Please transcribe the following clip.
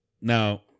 Now